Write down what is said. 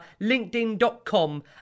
linkedin.com